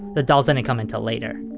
the dolls didn't come until later.